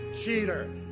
cheater